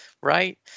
right